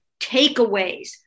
Takeaways